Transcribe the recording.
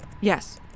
Yes